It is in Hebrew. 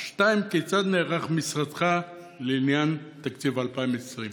2. כיצד נערך משרדך לעניין תקציב 2020?